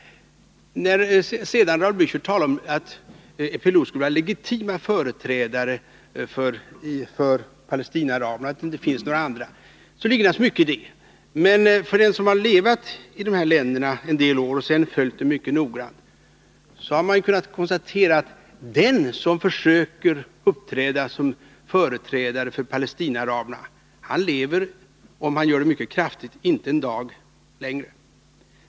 Erkännande av Raul Blächer talar sedan om att PLO skulle vara legitim företrädare för PLO, m.m. Palestinaaraberna och att det inte finns några andra, och det ligger naturligtvis något i det. Men om man har levat i de här länderna en del år och sedan följt utvecklingen mycket noggrant, har man kunnat konstatera att den som utanför PLO försöker uppträda som företrädare för Palestinaaraberna, han lever — om han uttalar sig mycket kraftigt — inte en dag längre.